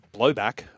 blowback